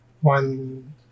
one